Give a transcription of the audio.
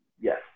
yes